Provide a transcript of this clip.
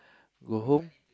go home